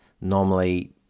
normally